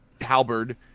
halberd